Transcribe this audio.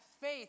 faith